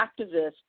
activists